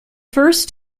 first